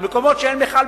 מקומות שאין בכלל,